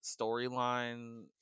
storyline